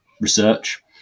research